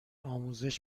آموزش